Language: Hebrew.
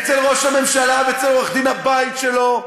אצל ראש הממשלה ואצל עורך-דין הבית שלו.